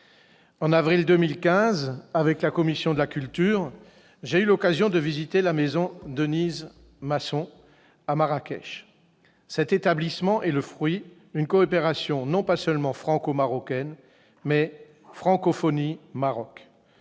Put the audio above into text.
En avril 2015, avec la commission de la culture, j'ai eu l'occasion de visiter la Maison Denise Masson à Marrakech. Cet établissement est le fruit d'une coopération non pas seulement franco-marocaine, mais Francophonie-Maroc.